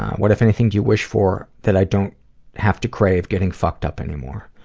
what, if anything, do you wish for? that i don't have to crave getting fucked up anymore.